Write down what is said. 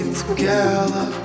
together